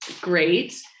Great